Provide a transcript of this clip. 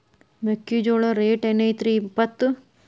ಮೆಕ್ಕಿಜೋಳ ರೇಟ್ ಏನ್ ಐತ್ರೇ ಇಪ್ಪತ್ತು?